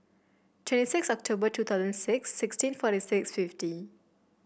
twenty six October two thousand six sixteen forty six fifty